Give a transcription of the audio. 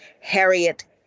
Harriet